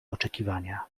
oczekiwania